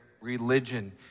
religion